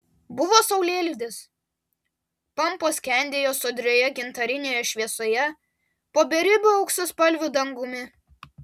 buvo saulėlydis pampos skendėjo sodrioje gintarinėje šviesoje po beribiu auksaspalviu dangumi